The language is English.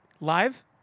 Live